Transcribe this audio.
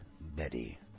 Betty